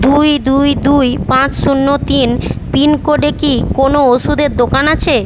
দুই দুই দুই পাঁচ শূন্য তিন পিনকোডে কি কোনও ওষুধের দোকান আছে